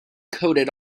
coated